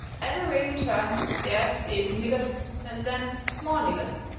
every way you turn there they is niggers and then more niggers.